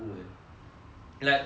like normally I